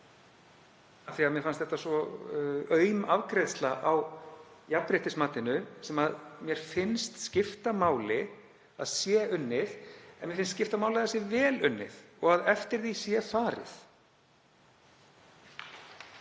af því að mér fannst þetta svo aum afgreiðsla á jafnréttismatinu, sem mér finnst skipta máli að sé unnið. Mér finnst skipta máli að það sé vel unnið og að eftir því sé farið.